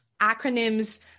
acronyms